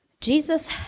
Jesus